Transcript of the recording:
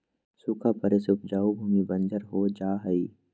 सूखा पड़े से उपजाऊ भूमि बंजर हो जा हई